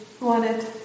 wanted